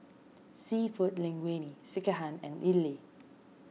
Seafood Linguine Sekihan and Idili